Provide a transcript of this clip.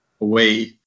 away